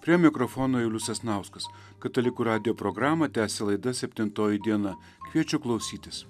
prie mikrofono julius sasnauskas katalikų radijo programą tęsia laida septintoji diena kviečiu klausytis